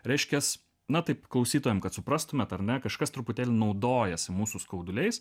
reiškias na taip klausytojam kad suprastumėt ar ne kažkas truputėlį naudojasi mūsų skauduliais